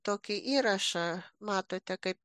tokį įrašą matote kaip